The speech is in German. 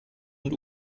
und